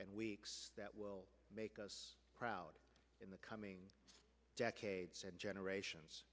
and weeks that will make us proud in the coming decades and generations